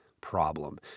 problem